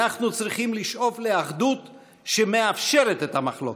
אנחנו צריכים לשאוף לאחדות שמאפשרת את המחלוקת.